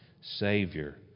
Savior